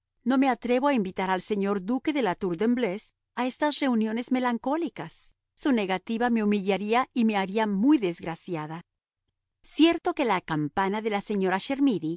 no me atrevo a invitar al señor duque de la tour de embleuse a estas reuniones melancólicas su negativa me humillaría y me haría muy desgraciada cierto que la campana de la señora